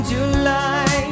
July